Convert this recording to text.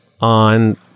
on